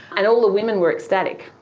and all the women were ecstatic,